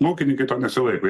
ūkininkai nesilaiko